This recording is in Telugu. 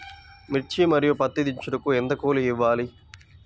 మిర్చి మరియు పత్తి దించుటకు ఎంత కూలి ఇవ్వాలి?